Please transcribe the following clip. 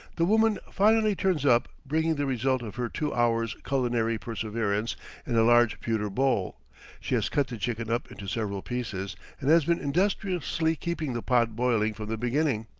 the woman finally turns up, bringing the result of her two hours' culinary perseverance in a large pewter bowl she has cut the chicken up into several pieces and has been industriously keeping the pot boiling from the beginning.